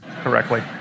correctly